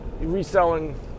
reselling